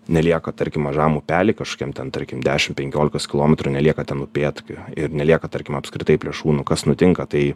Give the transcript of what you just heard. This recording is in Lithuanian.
nelieka tarkim mažam upely kažkokiam ten tarkim dešim penkiolikos kilometrų nelieka ten upėtakių ir nelieka tarkim apskritai plėšrūnų kas nutinka tai